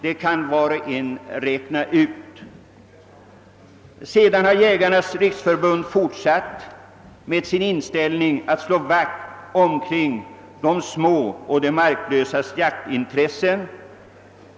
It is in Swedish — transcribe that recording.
Sedan dess har Jägarnas riksförbund fortsatt att slå vakt om de små markägarnas och de marklösas jaktintresse.